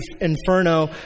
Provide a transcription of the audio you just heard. inferno